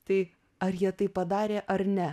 tai ar jie tai padarė ar ne